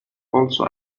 also